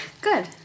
Good